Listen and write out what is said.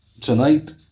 tonight